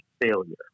failure